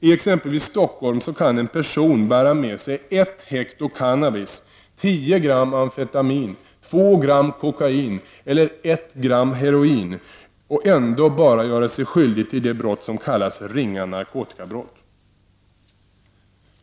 I exempelvis Stockholm kan en person bära med sig ett hekto cannabis, tio gram amfetamin, två gram kokain eller ett gram heroin och ändå bara göra sig skyldig till det brott som kallas ringa narkotikabrott.